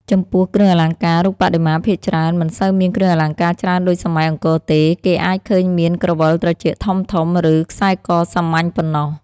ចំំពោះគ្រឿងអលង្ការ រូបបដិមាភាគច្រើនមិនសូវមានគ្រឿងអលង្ការច្រើនដូចសម័យអង្គរទេ គេអាចឃើញមាន ក្រវិលត្រចៀកធំៗ ឬ ខ្សែកសាមញ្ញ ប៉ុណ្ណោះ។